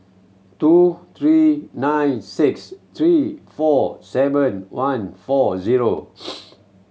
two three nine six three four seven one four zero